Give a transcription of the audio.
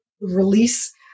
release